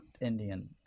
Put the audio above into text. Indian